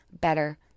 better